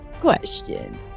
question